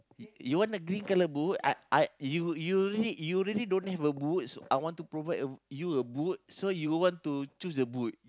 you want the green colour boot I I you you really you really don't need the boots I want to provide you a boot so you would want to choose the boot